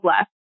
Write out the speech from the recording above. left